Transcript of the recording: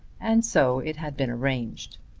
and so it had been arranged.